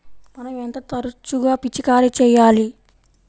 మనం ఎంత తరచుగా పిచికారీ చేయాలి?